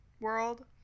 world